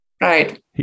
Right